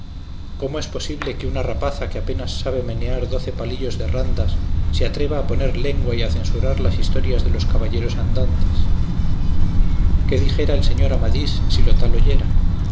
cómo que es posible que una rapaza que apenas sabe menear doce palillos de randas se atreva a poner lengua y a censurar las historias de los caballeros andantes qué dijera el señor amadís si lo tal oyera